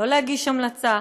לא להגיש המלצה,